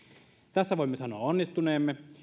tässä voimme sanoa onnistuneemme